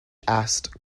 asked